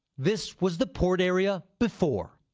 this was the port area before.